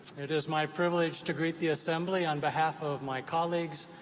it is my privilege to greet the assembly on behalf of my colleagues.